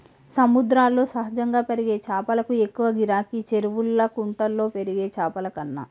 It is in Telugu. సముద్రాల్లో సహజంగా పెరిగే చాపలకు ఎక్కువ గిరాకీ, చెరువుల్లా కుంటల్లో పెరిగే చాపలకన్నా